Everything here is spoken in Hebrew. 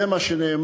זה מה שנאמר: